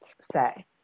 say